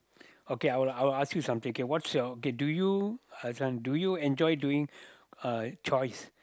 okay I will I will ask you something okay what's your okay do you uh this one do you enjoy doing uh choice